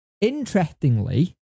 interestingly